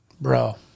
Bro